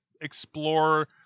explore